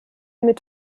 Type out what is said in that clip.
mit